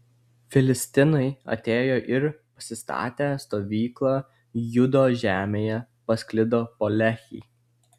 filistinai atėjo ir pasistatę stovyklą judo žemėje pasklido po lehį